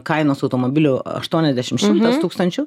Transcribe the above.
kainos automobilių aštuoniasdešim šimtas tūkstančių